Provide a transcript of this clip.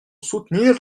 soutenir